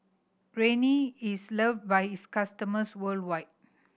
Rene is loved by its customers worldwide